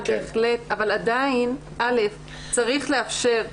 אבל צריך לאפשר,